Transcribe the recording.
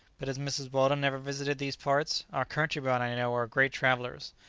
but has mrs. weldon never visited these parts? our countrymen, i know, are great travellers.